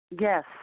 Yes